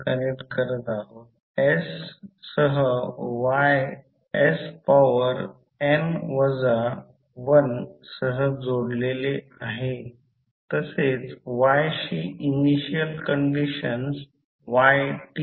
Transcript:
हे करण्यासाठी थोडा वेळ लागेल आणि नंतर Vc असेल हा करंट i1 आहे i1 यामधून वाहतो आहे Vc हे i1 j 10 असेल हेच i1 j 10 येथे लिहिले आहे